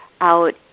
out